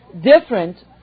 different